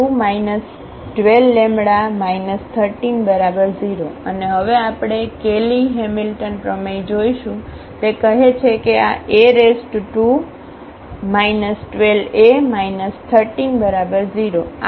⟹2 12λ 130 અને હવે આપણે કેયલી હેમિલ્ટન પ્રમેય જોશું તે કહે છે કે આ A2 12A 130 આ ફક્ત 0 હોવું જોઈએ